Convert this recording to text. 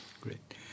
Great